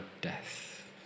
death